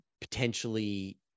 potentially